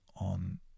on